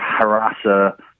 harasser